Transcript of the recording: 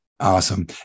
Awesome